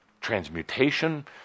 transmutation